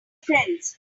friends